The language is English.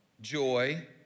joy